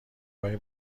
های